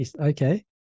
Okay